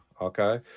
Okay